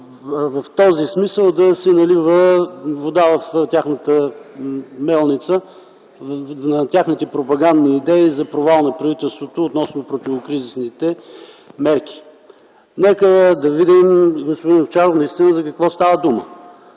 В този смисъл се налива вода в тяхната мелница, на техните пропагандни идеи за провала на правителството относно противокризисните мерки. Господин Овчаров, нека видим наистина за какво става дума!